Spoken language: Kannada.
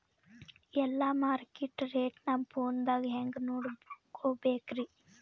ಎಲ್ಲಾ ಮಾರ್ಕಿಟ ರೇಟ್ ನಮ್ ಫೋನದಾಗ ಹೆಂಗ ನೋಡಕೋಬೇಕ್ರಿ?